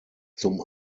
zum